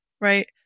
Right